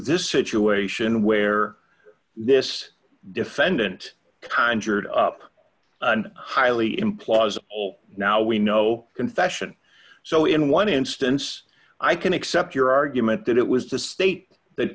this situation where this defendant conjured up an highly implausible now we know confession so in one instance i can accept your argument that it was the state that